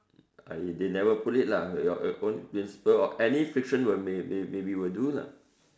uh they never put it lah your own principle or any fiction will maybe will do lah